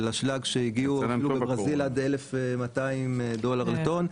אשלג שהגיעו אפילו בברזיל עד 1,200 דולרים לטון,